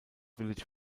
village